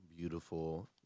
Beautiful